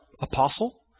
apostle